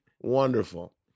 wonderful